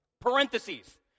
parentheses